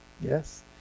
Yes